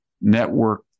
network